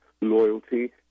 loyalty